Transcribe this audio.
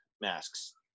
masks